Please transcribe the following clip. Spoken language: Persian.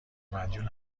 مدیون